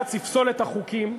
שבג"ץ יפסול את החוקים,